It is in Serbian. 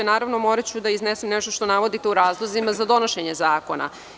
Moraću da iznesem nešto što navodite u razlozima za donošenje zakona.